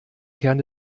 kern